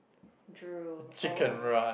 drool oh